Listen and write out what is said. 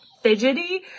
fidgety